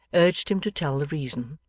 urged him to tell the reason.